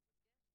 אני אבקש,